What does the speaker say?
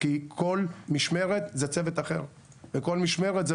כי כל משמרת זה צוות אחר וכל משמרת זה